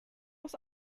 was